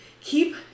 Keep